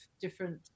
different